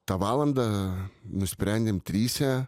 tą valandą nusprendėm tryse